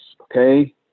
okay